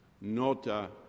Nota